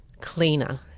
cleaner